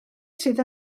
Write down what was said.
sydd